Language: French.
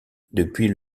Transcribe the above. depuis